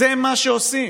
זה מה שעושים,